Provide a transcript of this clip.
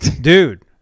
Dude